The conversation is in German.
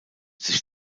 sich